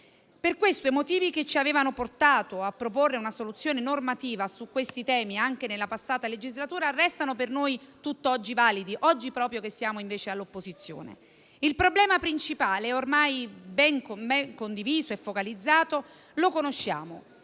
Per questo i motivi che ci avevano portato a proporre una soluzione normativa su questi temi anche nella passata legislatura restano per noi tutt'oggi validi, proprio oggi che siamo invece all'opposizione. Il problema principale, ormai ben condiviso e focalizzato, lo conosciamo: